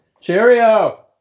Cheerio